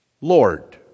Lord